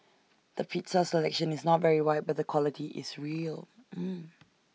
the pizza selection is not very wide but the quality is real